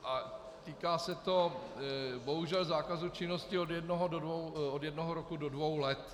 A týká se to bohužel zákazu činnosti od jednoho roku do dvou let.